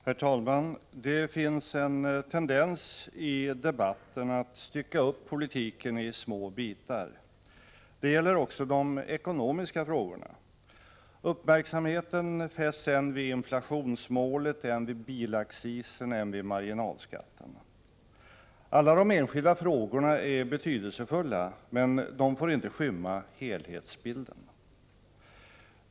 Herr talman! Det finns en tendens i debatten att stycka upp politiken i små bitar. Det gäller också de ekonomiska frågorna. Uppmärksamheten fästs än vid inflationsmålet, än vid bilaccisen, än vid marginalskatten. Alla de enskilda frågorna är betydelsefulla, men de får inte skymma helhetsbilden.